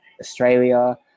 Australia